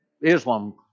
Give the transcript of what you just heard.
Islam